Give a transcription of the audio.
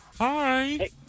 Hi